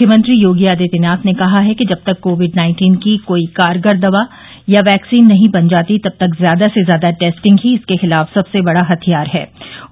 मुख्यमंत्री योगी आदित्यनाथ ने कहा है कि जब तक कोविड नाइंटीन की कोई कारगर दवा या वैक्सीन नहीं बन जाती तब तक ज्यादा से ज्यादा टेस्टिंग ही इसके खिलाफ सबसे बड़ा हथियार हैं